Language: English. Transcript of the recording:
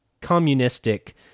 communistic